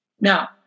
Now